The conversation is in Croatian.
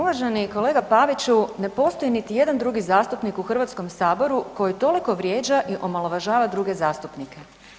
Uvaženi kolega Paviću, ne postoji niti jedan drugi zastupnik u Hrvatskom saboru koji toliko vrijeđa i omalovažava druge zastupnike.